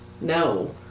No